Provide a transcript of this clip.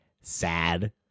sad